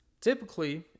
Typically